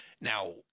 Now